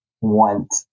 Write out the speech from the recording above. want